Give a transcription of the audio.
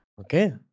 Okay